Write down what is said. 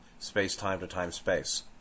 space-time-to-time-space